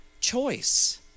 choice